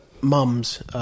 mum's